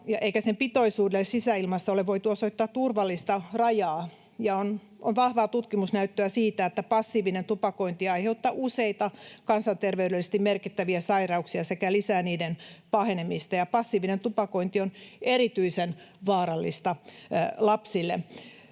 eikä sen pitoisuudelle sisäilmassa ole voitu osoittaa turvallista rajaa. On vahvaa tutkimusnäyttöä siitä, että passiivinen tupakointi aiheuttaa useita kansanterveydellisesti merkittäviä sairauksia sekä lisää niiden pahenemista. Ja passiivinen tupakointi on erityisen vaarallista lapsille.